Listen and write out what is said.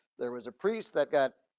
there was a priest that got